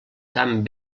camp